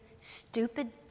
stupid